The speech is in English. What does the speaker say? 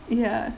ya